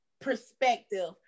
perspective